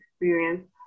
experience